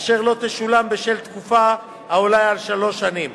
אשר לא תשולם בשל תקופה העולה על שלוש שנים.